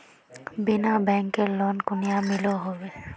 बिना बैंकेर लोन कुनियाँ मिलोहो होबे?